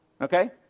Okay